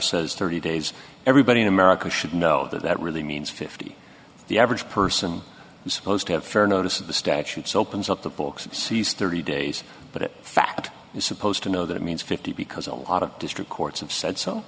says thirty days everybody in america should know that that really means fifty the average person is supposed to have fair notice of the statutes opens up the books sees thirty days but it fact is supposed to know that it means fifty because a lot of district courts have said so